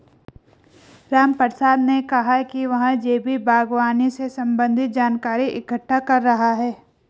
रामप्रसाद ने कहा कि वह जैविक बागवानी से संबंधित जानकारी इकट्ठा कर रहा है